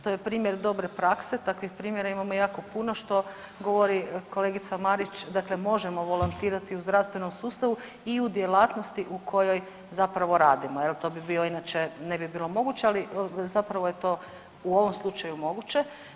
To je primjer dobre prakse, takvih primjera imamo jako puno što govori kolega Marić, dakle možemo volontirati u zdravstvenom sustavu i u djelatnosti u kojoj zapravo radimo, je li, to bi bio inače, ne bi bilo moguće, ali zapravo je to u ovom slučaju moguće.